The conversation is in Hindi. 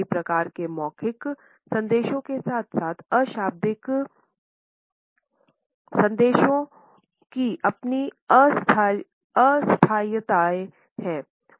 सभी प्रकार के मौखिक संदेशों के साथ साथ अशाब्दिक संदेशों की अपनी अस्थायीताएँ होती हैं